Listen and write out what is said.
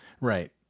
Right